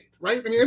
Right